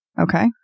Okay